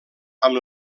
amb